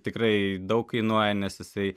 tikrai daug kainuoja nes jisai